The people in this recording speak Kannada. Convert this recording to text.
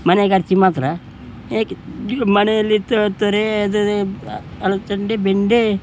ಮನೆ ಖರ್ಚಿಗೆ ಮಾತ್ರ ಏಕೆ ಇಲ್ಲ ಮನೆಯಲ್ಲಿ ತೊರೆ ಅದು ಅಲಸಂದೆ ಬೆಂಡೆ